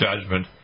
judgment